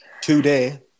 Today